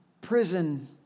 prison